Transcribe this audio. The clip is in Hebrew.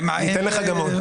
ניתן לך גם עוד.